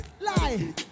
lie